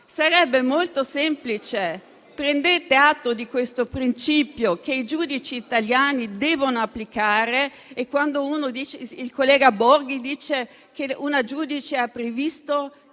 Sarebbe molto semplice: prendete atto del principio che i giudici italiani devono applicare. Il collega Borghi dice che una giudice ha previsto